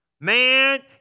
Man